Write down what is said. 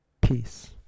peace